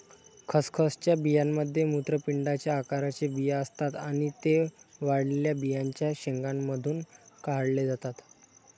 खसखसच्या बियांमध्ये मूत्रपिंडाच्या आकाराचे बिया असतात आणि ते वाळलेल्या बियांच्या शेंगांमधून काढले जातात